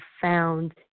found